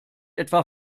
etwa